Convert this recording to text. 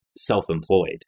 self-employed